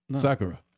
Sakura